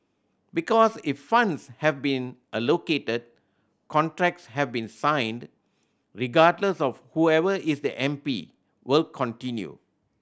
because if funds have been allocated contracts have been signed regardless of whoever is the M P will continue